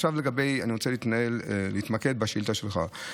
עכשיו אני רוצה להתמקד בשאילתה שלך.